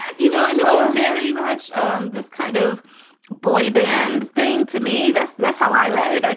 you know, i know very much um this kind of boy band thing to me. that's that's how i read it. like